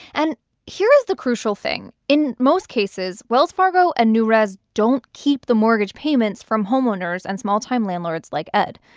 and here's the crucial thing in most cases, wells fargo and newrez don't keep the mortgage payments from homeowners and small-time landlords like ed.